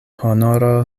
honoro